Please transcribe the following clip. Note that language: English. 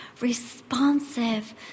responsive